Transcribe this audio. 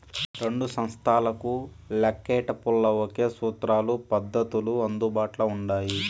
రెండు సంస్తలకు లెక్కేటపుల్ల ఒకే సూత్రాలు, పద్దతులు అందుబాట్ల ఉండాయి